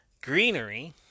Greenery